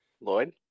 Lloyd